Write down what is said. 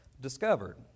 discovered